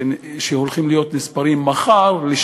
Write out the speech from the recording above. שהולכים להיות נספרים מחר בקלפי,